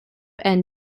and